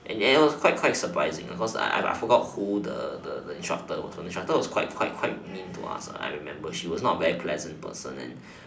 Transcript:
and it was quite quite surprising cause I I forgot who the the instructor was the instructor was quite quite quite mean to us I remember she was not very pleasant person and